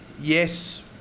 yes